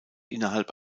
innerhalb